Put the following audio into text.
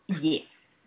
yes